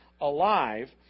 alive